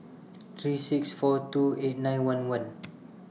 three six four two eight nine one one